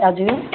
हजुर